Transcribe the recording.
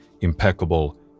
impeccable